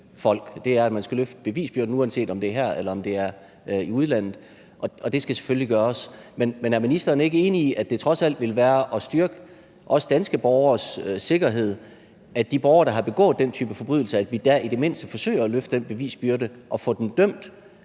engang, at man skal løfte bevisbyrden, uanset om det er her eller i udlandet, og det skal selvfølgelig gøres. Men er ministeren ikke enig i, at det trods alt ville være en styrkelse, også af danske borgeres sikkerhed, at vi i forbindelse med de borgere, der har begået den type forbrydelser, i det mindste forsøger at løfte den bevisbyrde og få dem dømt,